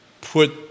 put